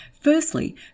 Firstly